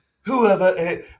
whoever